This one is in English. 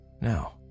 Now